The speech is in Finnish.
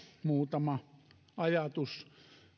muutama ajatus